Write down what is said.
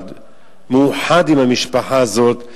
מאוחד עם המשפחה הזאת,